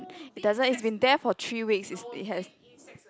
it doesn't if been there for three weeks is it has